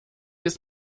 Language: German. ist